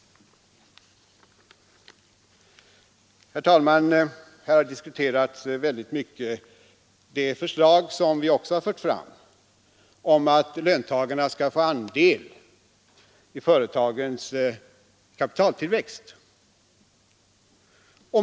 Herr talman! Här har diskuterats väldigt mycket det förslag som vi också har fört fram om att löntagarna skulle få andel i företagens kapitaltillväxt.